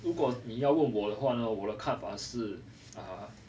如果你要问我的话呢我的看法是 err